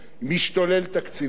משתולל תקציבית,